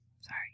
Sorry